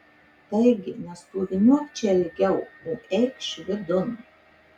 taigi nestoviniuok čia ilgiau o eikš vidun